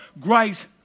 grace